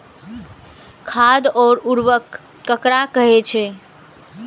खाद और उर्वरक ककरा कहे छः?